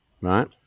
right